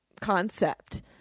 concept